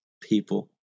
people